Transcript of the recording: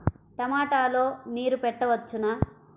టమాట లో నీరు పెట్టవచ్చునా?